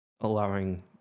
allowing